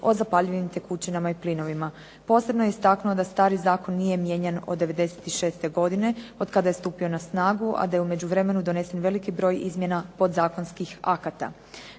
o zapaljivim tekućinama i plinovima. Posebno je istaknuo da stari zakon nije mijenjan od '96. godine od kada je stupio na snagu, a da je u međuvremenu donesen veliki broj izmjena i podzakonskih akata.